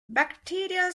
bacterial